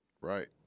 Right